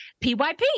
PYP